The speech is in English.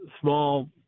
small